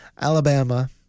Alabama—